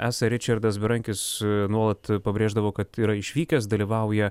esą ričardas berankis nuolat pabrėždavo kad yra išvykęs dalyvauja